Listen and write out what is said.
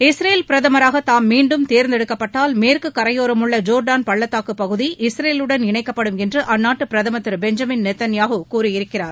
Israel பிரதமராக தாம் மீண்டும் தேர்ந்தெடுக்கப்பட்டால் மேற்கு கரையோரமுள்ள ஜோர்டான் பள்ளத்தாக்கு பகுதி இஸ்ரேல் உடன் இணைக்கப்படும் என்று அந்நாட்டு பிரதம் திரு பெஞ்சமின் நெத்தன்யாஹூ கூறியிருக்கிறார்